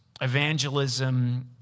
evangelism